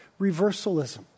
reversalism